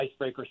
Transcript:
icebreakers